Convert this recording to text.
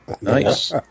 Nice